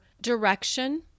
direction